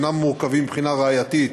אשר אינם מורכבים מבחינה ראייתית,